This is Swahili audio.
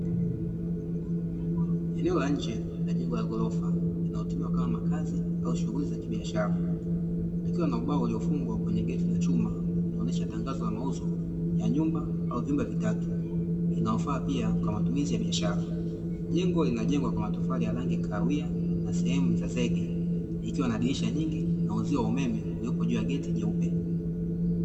Eneo la nje la jengo la ghorofa linalotumika kama makazi au shughuli za kibiashara, likiwa na ubao uliofungwa kwenye geti la chuma kuonyesha tangazo la mauzo ya nyumba au vyumba vitatu linalofaa pia kwa matumizi ya biashara, jengo linajengwa kwa matofali ya kahawia na sehemu za zege likiwa na dirisha nyingi na uzio wa umeme ulipo juu ya geti jeupe.